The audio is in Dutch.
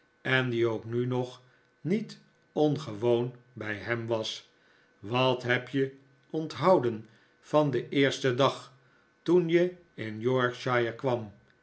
en die ook nu nog niet ongewoon bij hem was wat heb je onthouden van den eersten dag toen je in yorkshire kwam